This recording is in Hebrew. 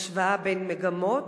השוואה בין מגמות.